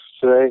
today